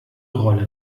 rolle